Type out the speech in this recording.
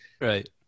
Right